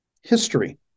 history